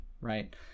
right